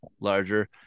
larger